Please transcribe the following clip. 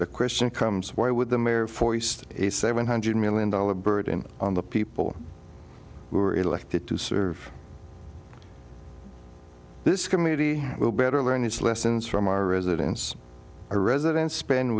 the question comes why would the mayor forced a seven hundred million dollars burden on the people who are elected to serve this community will better learn its lessons from our residence or residence spend